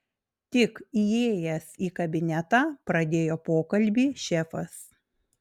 tik įėjęs į kabinetą pradėjo pokalbį šefas